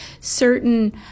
certain